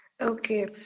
Okay